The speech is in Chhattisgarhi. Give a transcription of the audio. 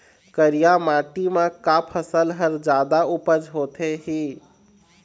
करिया माटी म का फसल हर जादा उपज होथे ही?